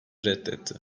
reddetti